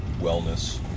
wellness